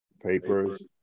papers